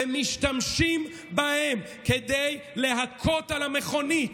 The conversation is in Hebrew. ומשתמשים בהם כדי להכות על המכונית,